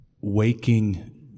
waking